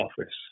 office